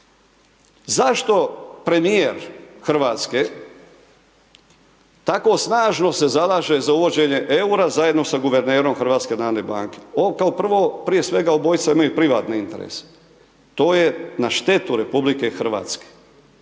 Zašto premjer Hrvatske, tako snažno se zalaže za uvođenje eura, zajedno sa guvernerom HNB? Kao prvo, prije svega obojica imaju privatne interese, to je na štetu RH.